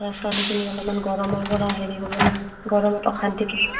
ল'ৰা ছোৱালীখিনি অলপমান গৰমৰ পৰা হেৰি হ'ব না গৰমত অশান্তি